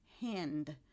hand